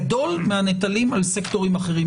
גדול מהנטלים על סקטורים אחרים.